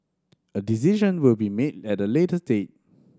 a decision will be made at a later date